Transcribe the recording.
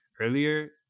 earlier